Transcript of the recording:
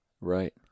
Right